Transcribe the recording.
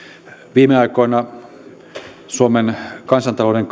viime aikoina suomen kansantalouden